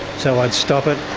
so i'd stop it,